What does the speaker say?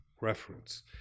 reference